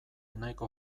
nahiko